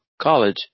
college